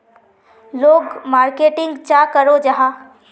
लोग मार्केटिंग चाँ करो जाहा?